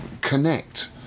connect